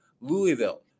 Louisville